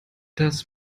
das